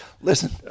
Listen